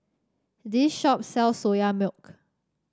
this shop sells Soya Milk